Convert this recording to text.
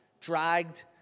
dragged